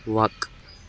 وق